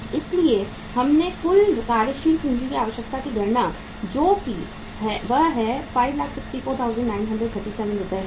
इसलिए हमने कुल कार्यशील पूंजी की आवश्यकता की गणना जो की है वह 564937 रुपये है